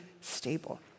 stable